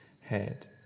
head